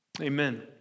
Amen